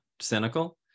cynical